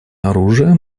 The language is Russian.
оружия